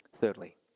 Thirdly